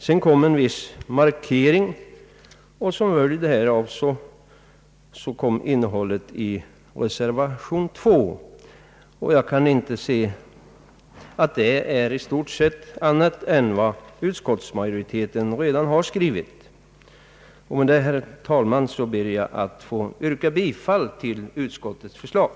Sedan gjordes en viss markering, och till följd härav kom reservationen 2 inte att innehålla annat än i stort sett vad utskottsmajoriteten redan hade skrivit. Herr talman! Med det anförda ber jag att få yrka bifall till utskottets hemställan.